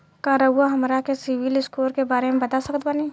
का रउआ हमरा के सिबिल स्कोर के बारे में बता सकत बानी?